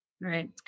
Right